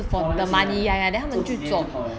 for 那个钱 right 做几年就跑了